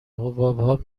حبابها